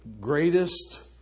greatest